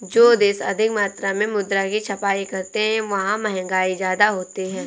जो देश अधिक मात्रा में मुद्रा की छपाई करते हैं वहां महंगाई ज्यादा होती है